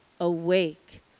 Awake